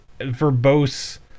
verbose